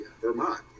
Vermont